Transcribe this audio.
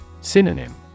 Synonym